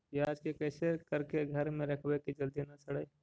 प्याज के कैसे करके घर में रखबै कि जल्दी न सड़ै?